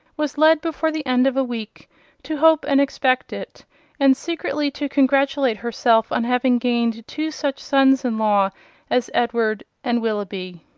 was led before the end of a week to hope and expect it and secretly to congratulate herself on having gained two such sons-in-law as edward and willoughby.